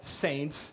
saints